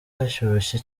hashyushye